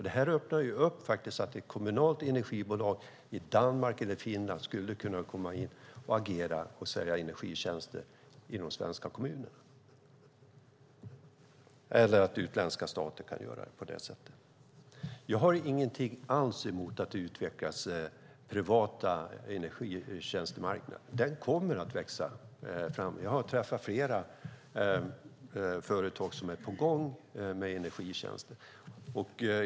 Detta öppnar upp för att ett kommunalt energibolag i Danmark eller Finland skulle kunna komma in och agera och sälja energitjänster i svenska kommuner. Utländska stater skulle också kunna göra på detta sätt. Jag har ingenting alls emot att det utvecklas en privat energitjänstemarknad. En sådan kommer att växa fram. Jag har träffat flera företag som är på gång med energitjänster.